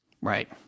Right